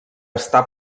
està